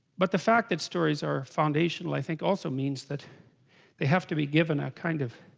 but the fact that stories are foundational i think, also means that they have to be given out kind of?